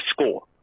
score